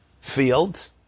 field